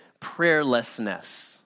Prayerlessness